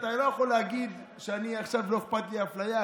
אתה לא יכול להגיד: לא אכפת לי אפליה,